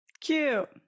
Cute